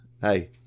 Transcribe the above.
Hey